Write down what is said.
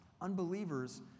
Unbelievers